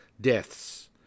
deaths